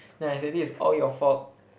then I say this is all your fault